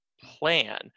plan